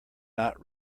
not